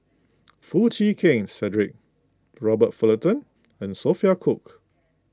Foo Chee Keng Cedric Robert Fullerton and Sophia Cooke